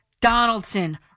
Donaldson